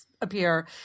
appear